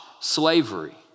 slavery